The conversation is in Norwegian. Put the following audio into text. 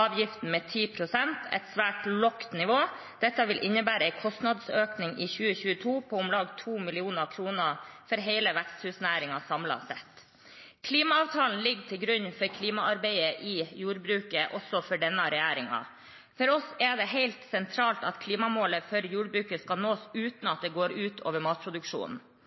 avgiften med 10 pst. – et svært lavt nivå. Dette vil innebære en kostnadsøkning i 2022 på om lag 2 mill. kr for hele veksthusnæringen samlet sett. Klimaavtalen ligger til grunn for klimaarbeidet i jordbruket også for denne regjeringen. For oss er det helt sentralt at klimamålet for jordbruket skal nås uten at det går ut over matproduksjonen.